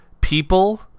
people